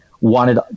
wanted